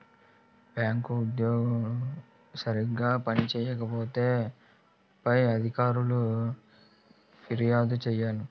bank ఉద్యోగులు సరిగా పని చేయకపోతే పై అధికారులకు ఫిర్యాదు చేయాలి